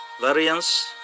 variance